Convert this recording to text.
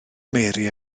mary